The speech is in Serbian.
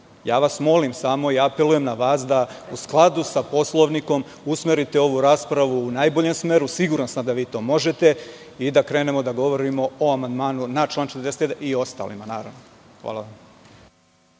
Ja vas molim i apelujem na vas da u skladu sa Poslovnikom usmerite ovu raspravu u najboljem smeru, a siguran sam da vi to možete, i da krenemo da govorimo o amandmanu na član 41. i ostalima. Hvala.